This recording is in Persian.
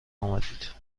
آمدید